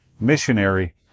missionary